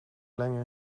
länge